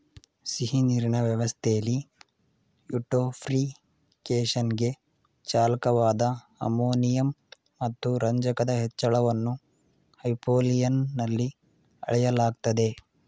ಸಿಹಿನೀರಿನ ವ್ಯವಸ್ಥೆಲಿ ಯೂಟ್ರೋಫಿಕೇಶನ್ಗೆ ಚಾಲಕವಾದ ಅಮೋನಿಯಂ ಮತ್ತು ರಂಜಕದ ಹೆಚ್ಚಳವನ್ನು ಹೈಪೋಲಿಯಂನಲ್ಲಿ ಅಳೆಯಲಾಗ್ತದೆ